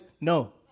no